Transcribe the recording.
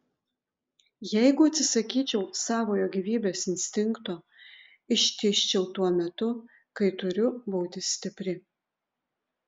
jeigu atsisakyčiau savojo gyvybės instinkto ištižčiau tuo metu kai turiu būti stipri